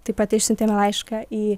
taip pat išsiuntėme laišką į